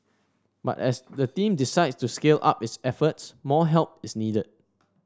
but as the team decides to scale up its efforts more help is needed